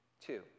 two